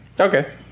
Okay